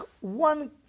one